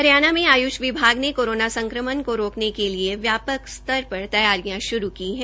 हरियाणा में आयुष विभाग ने कोरोना संकमण को रोकने को लेकर व्यापक स्तर पर तैयारियां शुरू की है